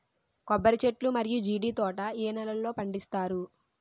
కొబ్బరి చెట్లు మరియు జీడీ తోట ఏ నేలల్లో పండిస్తారు?